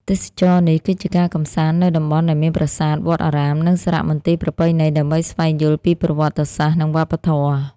ទេសចរណ៍នេះ គឺជាការកំសាន្តនៅតំបន់ដែលមានប្រាសាទ វត្តអារាម និងសារមន្ទីរប្រពៃណីដើម្បីស្វែងយល់ពីប្រវត្តិសាស្រ្ត និងវប្បធម៌។